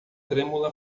trêmula